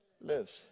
lives